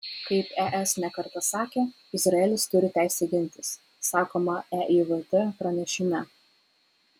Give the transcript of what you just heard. kaip es ne kartą sakė izraelis turi teisę gintis sakoma eivt pranešime